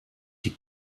die